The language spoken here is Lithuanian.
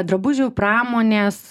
drabužių pramonės